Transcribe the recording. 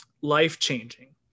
life-changing